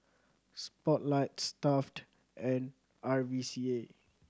Spotlight Stuff'd and R V C A